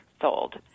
sold